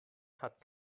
hat